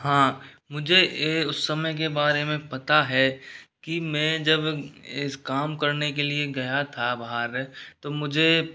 हाँ मुझे उस समय के बारे में पता है कि मैं जब इस काम करने के लिए गया था बाहर तो मुझे